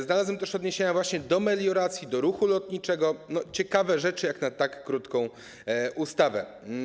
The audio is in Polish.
Znalazłem w projekcie też odniesienia właśnie do melioracji, do ruchu lotniczego - ciekawe rzeczy jak na tak krótką ustawę.